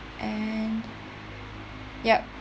and ya